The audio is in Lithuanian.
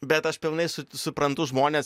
bet aš pilnai su suprantu žmones